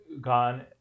gone